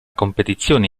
competizione